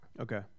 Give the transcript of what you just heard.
Okay